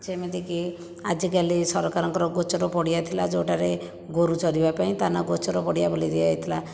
ଯେମିତିକି ଆଜିକାଲି ସରକାରଙ୍କର ଗୋଚର ପଡ଼ିଆ ଥିଲା ଯେଉଁଟାରେ ଗୋରୁ ଚରିବା ପାଇଁ ତା ନାଁ ଗୋଚର ପଡ଼ିଆ ବୋଲି ଦିଆଯାଇଥିଲା